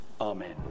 Amen